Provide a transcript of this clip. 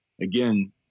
again